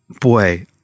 Boy